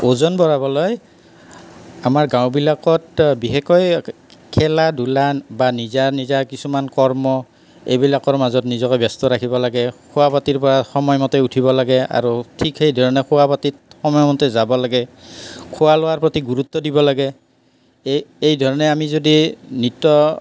ওজন বঢ়াবলৈ আমাৰ গাঁওবিলাকত বিশেষকৈ খেলা ধূলা বা নিজা নিজা কিছুমান কৰ্ম এইবিলাকৰ মাজত নিজকে ব্যস্ত ৰাখিব লাগে শুৱা পাটিৰ পৰা সময় মতে উঠিব লাগে আৰু ঠিক সেই ধৰণেৰে শুৱা পাটিত সময় মতে যাব লাগে খোৱা লোৱাৰ প্ৰতি গুৰুত্ব দিব লাগে এই এই ধৰণে আমি যদি নিত্য